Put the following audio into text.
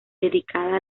dedicada